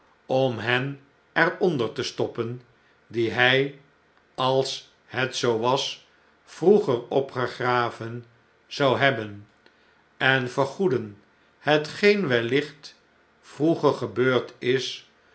om hen er onder te stoppen die hg als het zoo was vroeger opgegraven zou hebben en vergoeden hetgeen wellicht vroeger gebeurd is